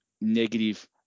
negative